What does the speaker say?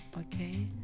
Okay